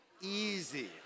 easy